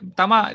tama